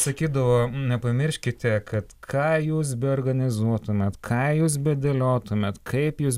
sakydavo nepamirškite kad ką jūs beorganizuotumėt ką jūs bedėliotumėt kaip jūs